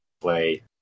play